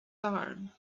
arm